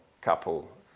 couple